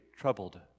troubled